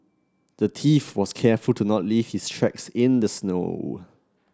the thief was careful to not leave his tracks in the snow